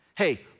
hey